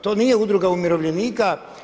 To nije udruga umirovljenika.